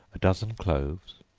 a dozen cloves,